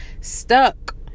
stuck